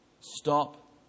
Stop